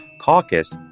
caucus